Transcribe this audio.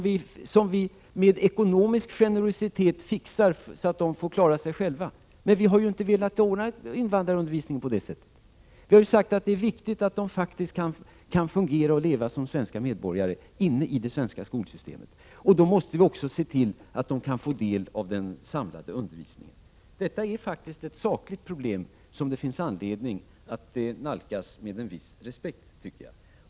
Vi skall med ekonomisk generositet ordna, så att de kan klara sig själva. Vi har emellertid inte velat ha en invandrarundervisning på det sättet. Det är viktigt att invandrarbarnen kan fungera och leva på samma sätt som svenska medborgare inne i det svenska skolsystemet. Vi måste då också se till att de får del av den samlade undervisningen. Detta är faktiskt ett sakligt problem, som jag tycker att det finns anledning att nalkas med en viss respekt.